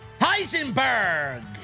Heisenberg